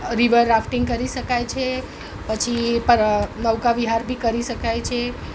river rafting કરી કાય છે પછી પ નૌકા વિહાર બી કરી શકાય છે